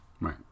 Right